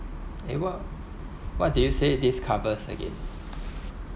eh what what did you say this covers again